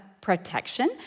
protection